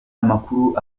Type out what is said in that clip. amakuru